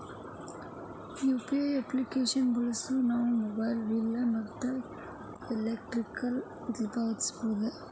UPI application ಗಳನ್ನು ಬಳಸಿಕೊಂಡು ನಾವು ಮೊಬೈಲ್ ಬಿಲ್ ಗಳು ಮತ್ತು ಇತರ ಯುಟಿಲಿಟಿ ಬಿಲ್ ಗಳನ್ನು ಪಾವತಿಸಬಹುದು